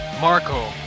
Marco